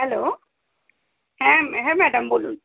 hello হ্যাঁ ম্যা হ্যাঁ ম্যাডাম বলুন